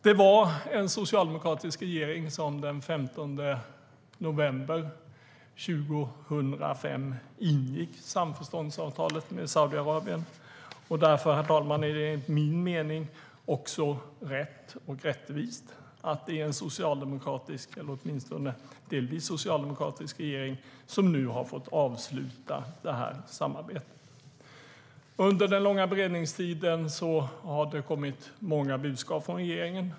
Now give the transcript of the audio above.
Det var en socialdemokratisk regering som den 15 november 2005 ingick samförståndsavtalet med Saudiarabien. Därför, herr talman, är det enligt min mening också rätt och rättvist att det är en socialdemokratisk, eller åtminstone delvis socialdemokratisk, regering som nu har fått avsluta detta samarbete. Under den långa beredningstiden har det kommit många budskap från regeringen.